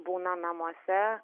būna namuose